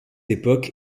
époque